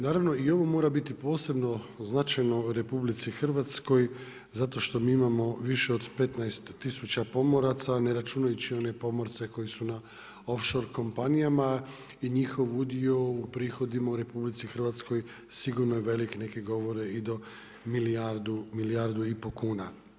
Naravno i ovo mora biti posebno značajno RH zato što mi imamo više od 15 tisuća pomoraca, ne računajući na one pomorce koji su na off shore kompanijama i njihov udio u prihodima u RH sigurno je velik, neki govore i do milijardu i pol kuna.